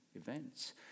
events